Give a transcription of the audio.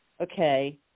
okay